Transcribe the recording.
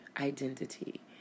identity